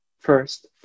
first